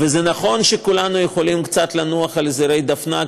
ונכון שכולנו יכולים קצת לנוח על זרי הדפנה,